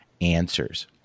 answers